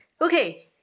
Okay